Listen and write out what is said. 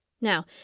Now